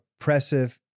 oppressive